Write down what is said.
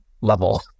level